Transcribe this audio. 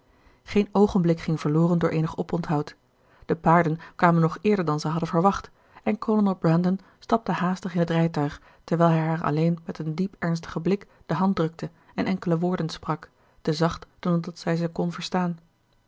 geen oogenblik ging verloren door eenig oponthoud de paarden kwamen nog eerder dan zij hadden verwacht en kolonel brandon stapte haastig in het rijtuig terwijl hij haar alleen met een diep ernstigen blik de hand drukte en enkele woorden sprak te zacht dan dat zij ze kon verstaan